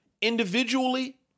Individually